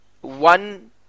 one